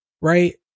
right